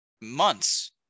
months